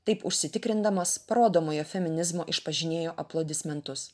taip užsitikrindamas parodomojo feminizmo išpažinėjo aplodismentus